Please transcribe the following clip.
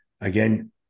again